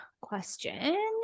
question